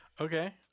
Okay